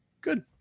Good